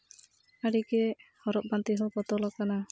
ᱟᱹᱰᱤ ᱜᱮ ᱦᱚᱨᱚᱜ ᱵᱟᱸᱫᱮ ᱦᱚᱸ ᱵᱚᱫᱚᱞᱟᱠᱟᱱᱟ